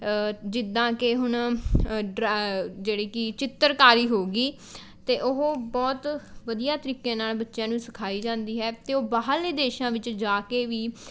ਜਿੱਦਾਂ ਕਿ ਹੁਣ ਡਰਾ ਜਿਹੜੇ ਕਿ ਚਿੱਤਰਕਾਰੀ ਹੋ ਗਈ ਅਤੇ ਉਹ ਬਹੁਤ ਵਧੀਆ ਤਰੀਕੇ ਨਾਲ਼ ਬੱਚਿਆਂ ਨੂੰ ਸਿਖਾਈ ਜਾਂਦੀ ਹੈ ਅਤੇ ਉਹ ਬਾਹਰਲੇ ਦੇਸ਼ਾਂ ਵਿੱਚ ਜਾ ਕੇ ਵੀ